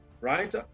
right